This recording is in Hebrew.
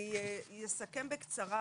אני אסכם בקצרה,